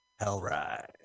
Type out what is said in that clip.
Hellride